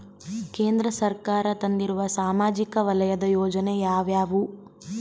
ಕೇಂದ್ರ ಸರ್ಕಾರ ತಂದಿರುವ ಸಾಮಾಜಿಕ ವಲಯದ ಯೋಜನೆ ಯಾವ್ಯಾವು?